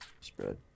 spread